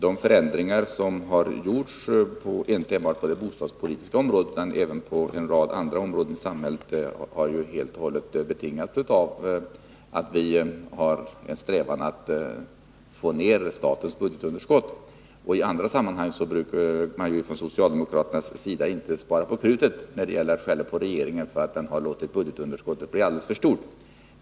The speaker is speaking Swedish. De förändringar som har gjorts inte enbart på det bostadspolitiska fältet utan också på en rad andra områden av samhället har helt betingats av att vi har en strävan att få ned statens budgetunderskott. I andra sammanhang brukar man ju från socialdemokraternas sida inte spara på krutet när det gäller att skälla på regeringen för att den har låtit budgetunderskottet bli alldeles för stort.